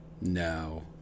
No